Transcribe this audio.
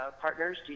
partners